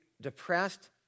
depressed